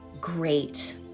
great